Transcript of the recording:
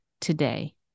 today